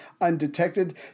undetected